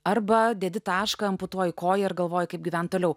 arba dedi tašką amputuoji koją ir galvoji kaip gyvent toliau